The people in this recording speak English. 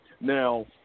Now